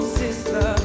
sister